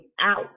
out